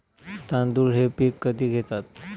तांदूळ हे पीक कधी घेतात?